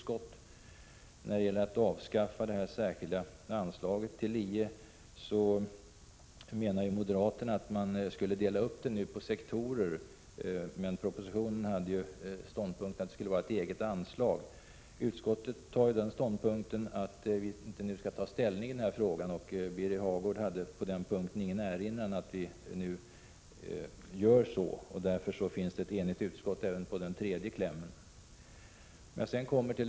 Beträffande punkt 3, avskaffande av det särskilda LIE-anslaget, menar moderaterna att man borde dela upp detta anslag på sektorer, medan propositionens förslag innebär att det skall vara ett eget anslag. Utskottet intar den ståndpunkten att man inte nu skall ta ställning i den här frågan, och Birger Hagård hade på den punkten ingen erinran mot att vi gör så. Det står således ett enigt utskott även bakom den tredje punkten i utskottets hemställan.